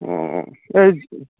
এই